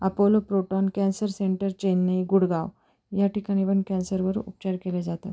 Apollo Proton cancer centre Chennai Gurgaon या ठिकाणी पण कॅन्सरवर उपचार केले जातात